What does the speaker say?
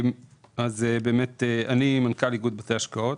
אני מנכ"ל איגוד בתי השקעות.